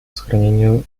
сохранению